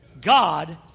God